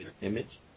Image